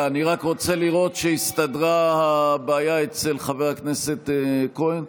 אני רוצה לראות שהסתדרה הבעיה אצל חבר הכנסת כהן.